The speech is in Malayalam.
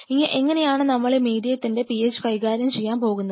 ഇനി എങ്ങനെയാണ് നമ്മൾ ഈ മീഡിയത്തിൻറെ PH കൈകാര്യം ചെയ്യാൻ പോകുന്നത്